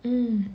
mm